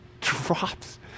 drops